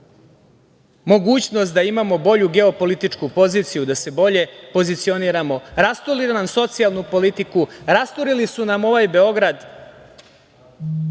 mogućnost da imamo bolju geopolitičku poziciju, da se bolje pozicioniramo. Rasturili nam socijalnu politiku. Rasturili su nam ovaj Beograd.